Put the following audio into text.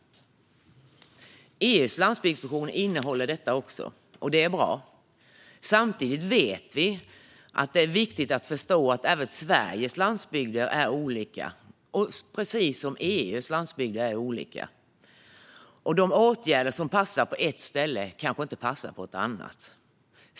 EU:s landsbygdsvision innefattar detta, och det är bra. Men det är viktigt att förstå att även Sveriges landsbygder är olika, precis som övriga EU:s landsbygder är olika. De åtgärder som passar på ett ställe kanske inte passar på ett annat.